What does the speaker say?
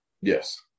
Yes